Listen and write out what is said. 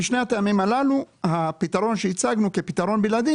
משני הטעמים הללו הפתרון שהצגנו כפתרון בלעדי